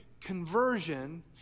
conversion